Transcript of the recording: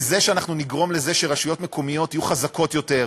בזה שאנחנו נגרום לזה שרשויות מקומיות יהיו חזקות יותר,